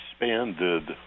expanded